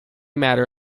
matter